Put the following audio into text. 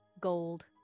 gold